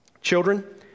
Children